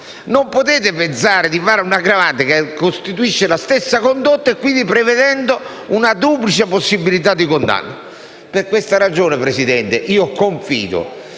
Non potete pensare di fare un'aggravante che costituisce la stessa condotta, quindi prevedendo una duplice possibilità di condanna. Per questa ragione, signor Presidente, confido